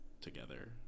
together